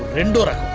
indira